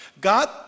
God